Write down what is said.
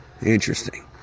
interesting